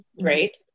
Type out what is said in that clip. right